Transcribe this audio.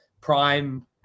prime